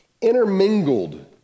intermingled